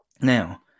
Now